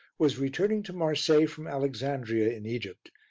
was returning to marseilles from alexandria in egypt,